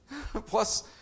plus